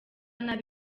ndetse